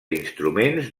instruments